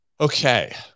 okay